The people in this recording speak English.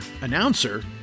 Announcer